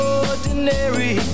ordinary